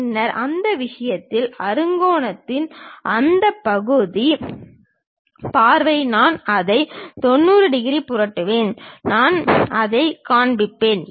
பின்னர் அந்த விஷயத்தில் அறுகோணத்தின் அந்த பகுதி பார்வை நான் அதை 90 டிகிரி புரட்டுவேன் நான் அதைக் காண்பிப்பேன்